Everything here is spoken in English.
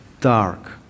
dark